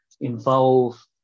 involve